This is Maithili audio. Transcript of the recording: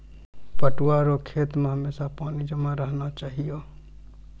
पटुआ रो खेत मे हमेशा पानी जमा रहना चाहिऔ